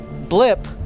blip